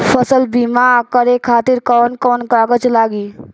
फसल बीमा करे खातिर कवन कवन कागज लागी?